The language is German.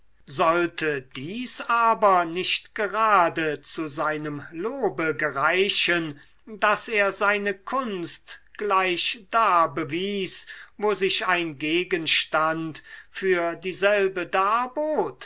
sollte dies aber nicht gerade zu seinem lobe gereichen daß er seine kunst gleich da bewies wo sich ein gegenstand für dieselbe darbot